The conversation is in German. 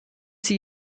sie